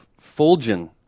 fulgen